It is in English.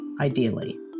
ideally